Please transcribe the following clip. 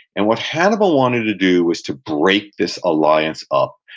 and what hannibal wanted to do was to break this alliance up,